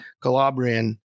Calabrian